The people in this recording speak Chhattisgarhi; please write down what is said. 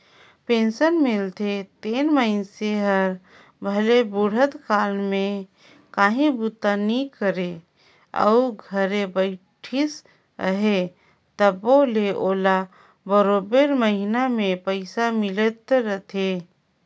पेंसन मिलथे तेन मइनसे हर भले बुढ़त काल में काहीं बूता नी करे अउ घरे बइठिस अहे तबो ले ओला बरोबेर महिना में पइसा मिलत रहथे